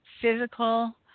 physical